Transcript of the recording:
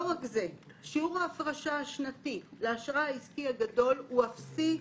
לא רק זה - שיעור ההפרשה השנתי לאשראי העסקי הגדול הוא אפסי,